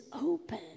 open